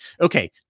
Okay